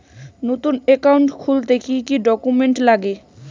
নতুন একাউন্ট খুলতে কি কি ডকুমেন্ট লাগে?